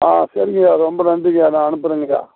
ஆ சரிங்கய்யா ரொம்ப நன்றிங்கய்யா நான் அனுப்புறேங்கய்யா